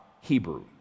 Hebrew